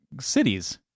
cities